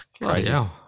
crazy